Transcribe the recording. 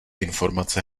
informace